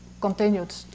continued